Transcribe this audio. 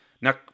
now